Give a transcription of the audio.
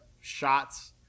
shots